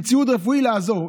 עם ציוד רפואי לעזור.